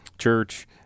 church